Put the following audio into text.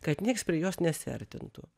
kad nieks prie jos nesiartintų